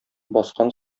баскан